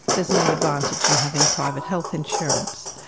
there's no advantage in having private health insurance.